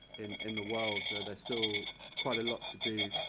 in the world, there's still quite a lot to do.